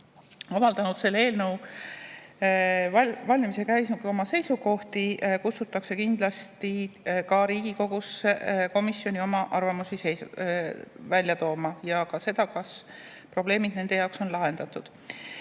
avaldanud selle eelnõu valmimise käigus oma seisukohti, kutsutakse kindlasti ka Riigikogu komisjoni väljendama oma arvamusi ja ka seda, kas probleemid nende jaoks on lahendatud. Nüüd